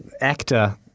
actor